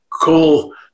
call